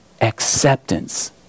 acceptance